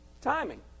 Timing